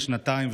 בת שנתיים,